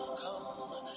come